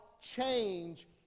change